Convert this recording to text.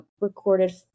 recorded